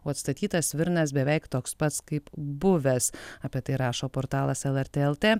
o atstatytas svirnas beveik toks pats kaip buvęs apie tai rašo portalas lrt lt